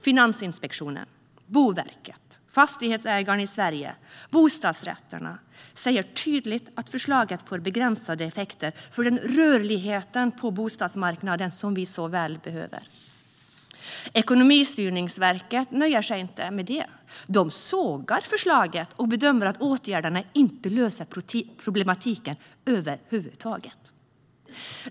Finansinspektionen, Boverket, Fastighetsägarna Sverige och Bostadsrätterna säger tydligt att förslaget får begränsade effekter för den rörlighet på bostadsmarknaden som vi så väl behöver. Ekonomistyrningsverket nöjer sig inte med det utan sågar förslaget och bedömer att åtgärderna inte löser problematiken över huvud taget.